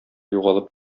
югалып